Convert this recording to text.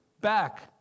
back